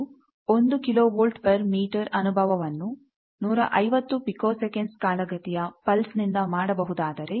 ನೀವು ಒಂದು kilo volt per metre ಅನುಭವವನ್ನು 150 ಪಿಕೋ ಸೆಕೆಂಡ್ಸ್ ಕಾಲಗತಿಯ ಪಲ್ಸ್ ನಿಂದ ಮಾಡಬಹುದಾದರೆ